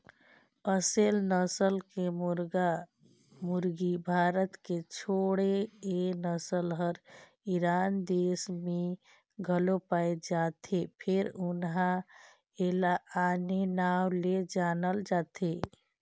असेल नसल के मुरगा मुरगी भारत के छोड़े ए नसल हर ईरान देस में घलो पाये जाथे फेर उन्हा एला आने नांव ले जानल जाथे